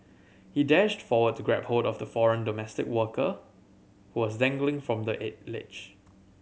he dashed forward to grab hold of the foreign domestic worker who was dangling from the ledge